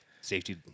Safety